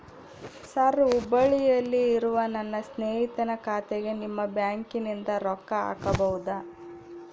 Sir ಹುಬ್ಬಳ್ಳಿಯಲ್ಲಿ ಇರುವ ನನ್ನ ಸ್ನೇಹಿತನ ಖಾತೆಗೆ ನಿಮ್ಮ ಬ್ಯಾಂಕಿನಿಂದ ರೊಕ್ಕ ಹಾಕಬಹುದಾ?